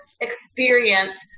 experience